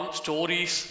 stories